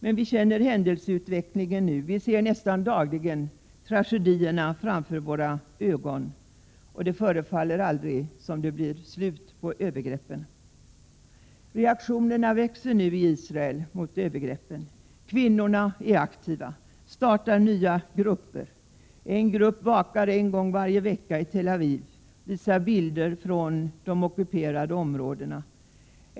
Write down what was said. Men vi känner nu händelseutvecklingen, vi ser nästan dagligen tragedierna framför våra ögon. Det förefaller som om det aldrig blir ett slut på övergreppen. Reaktionerna växer nu i Israel mot övergreppen. Kvinnorna är aktiva, startar nya grupper. En grupp vakar en gång varje vecka i Tel Aviv och visar bilder från de ockuperade områdena.